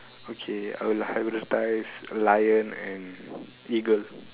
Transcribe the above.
okay I would hybridise lion and eagle